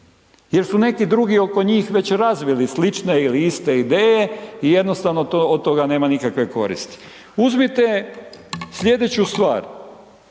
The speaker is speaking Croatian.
jer su neki drugi oko njih već razvili slične ili iste ideje i jednostavno od toga nema nikakve koristi. Uzmite sljedeću stvar.